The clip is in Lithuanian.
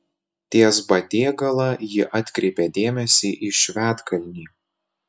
ties batėgala ji atkreipė dėmesį į švedkalnį